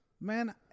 man